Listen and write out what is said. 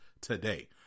today